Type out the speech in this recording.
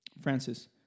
Francis